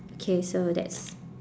okay so that's